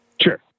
Sure